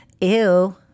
ew